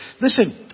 Listen